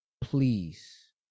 please